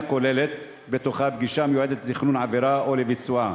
כוללת בתוכה פגישה המיועדת לתכנון עבירה או ביצועה,